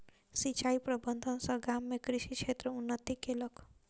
सिचाई प्रबंधन सॅ गाम में कृषि क्षेत्र उन्नति केलक